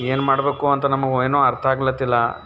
ಏನು ಮಾಡಬೇಕು ಅಂತ ನಮಗವೇನು ಅರ್ಥ ಆಗ್ಲತ್ತಿಲ್ಲ